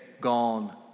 gone